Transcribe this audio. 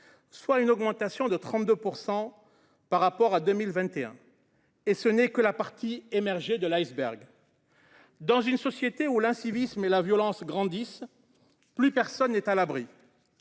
soit une augmentation de 32 % par rapport à 2021. Et ce n’est que la partie émergée de l’iceberg ! Dans une société où l’incivisme et la violence grandissent, plus personne n’est à l’abri